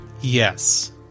Yes